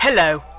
Hello